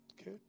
okay